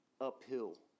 uphill